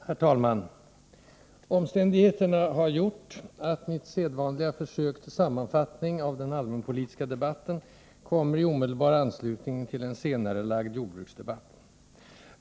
Herr talman! Omständigheterna har gjort att mitt sedvanliga försök till sammanfattning av den allmänpolitiska debatten kommer i omedelbar anslutning till en senarelagd jordbruksdebatt.